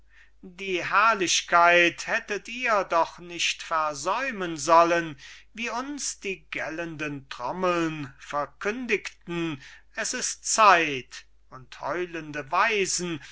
die herrlichkeit hättet ihr doch nicht versäumen sollen wie uns die gellenden trommeln verkündigten es ist zeit und heulende waisen